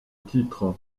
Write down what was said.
titres